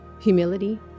Humility